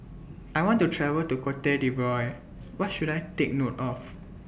I want to travel to Cote D'Ivoire What should I Take note of